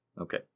Okay